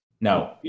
No